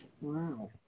Wow